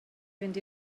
fynd